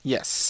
Yes